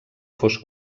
fos